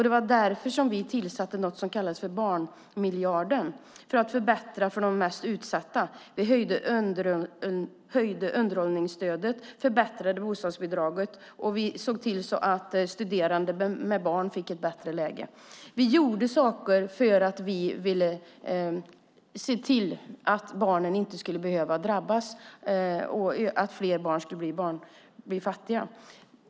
Det var därför vi införde den så kallade barnmiljarden, alltså för att förbättra för de mest utsatta. Vi höjde underhållsstödet, förbättrade bostadsbidraget och såg till att studerande med barn fick ett bättre läge. Vi gjorde saker för att barnen inte skulle behöva drabbas och fler barn bli fattiga.